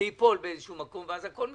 זה ייפול באיזשהו מקום ואז הכול מתרסק.